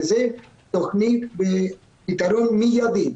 וזו תוכנית בפתרון מיידי,